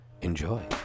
enjoy